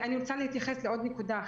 אני רוצה להתייחס לעוד נקודה.